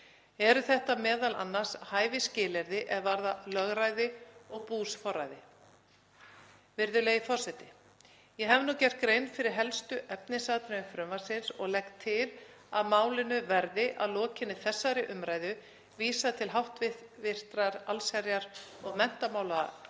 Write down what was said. Eru þetta m.a. hæfisskilyrði er varða lögræði og búsforræði. Virðulegi forseti. Ég hef nú gert grein fyrir helstu efnisatriðum frumvarpsins og legg til að málinu verði að lokinni þessari umræðu vísað til hv. allsherjar- og menntamálanefndar